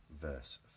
Verse